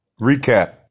Recap